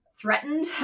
threatened